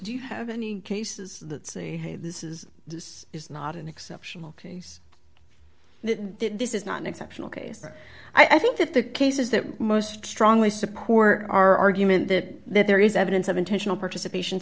do you have any cases that say hey this is this is not an exceptional case this is not an exceptional case i think that the cases that most strongly support our argument that there is evidence of intentional participation